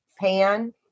pan